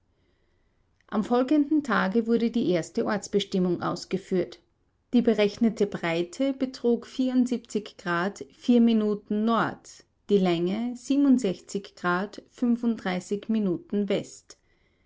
am folgenden tage wurde die erste ortsbestimmung ausgeführt die berechnete breite betrug minuten die länge